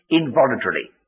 involuntarily